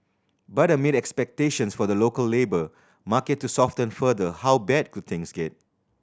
but amid expectations for the local labour market to soften further how bad could things get